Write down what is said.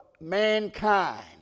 Mankind